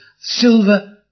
silver